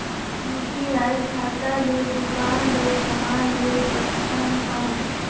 UPI खाता ले दुकान ले समान ले सकथन कौन?